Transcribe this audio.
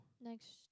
Next